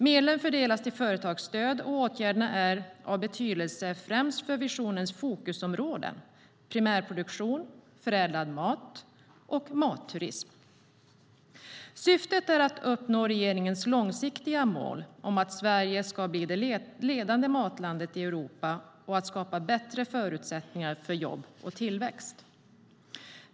Medlen fördelas till företagsstöd, och åtgärderna är av betydelse främst för visionens fokusområden: primärproduktion, förädlad mat och matturism. Syftet är att uppnå regeringens långsiktiga mål att Sverige ska bli det ledande matlandet i Europa och att skapa bättre förutsättningar för jobb och tillväxt.